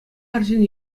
арҫын